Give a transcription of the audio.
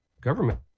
government